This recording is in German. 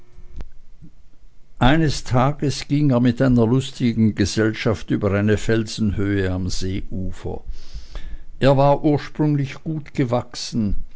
eines tages ging er mit einer lustigen gesellschaft über eine felsenhöhe am seeufer er war ursprünglich gut gewachsen